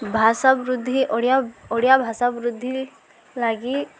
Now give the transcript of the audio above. ଭାଷାାବୃଦ୍ଧି ଓଡ଼ିଆ ଓଡ଼ିଆ ଭାଷାାବୃଦ୍ଧି ଲାଗି